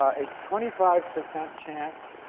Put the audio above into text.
ah a twenty five percent chance